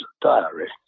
Diary